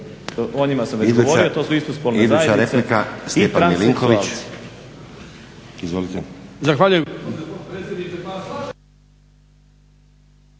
na repliku. Stjepan Milinković. Izvolite.